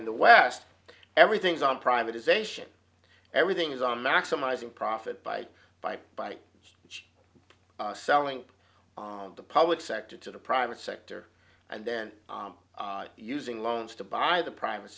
in the west everything's on privatization everything's on maximizing profit bye bye bye which selling the public sector to the private sector and then using loans to buy the private